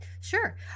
Sure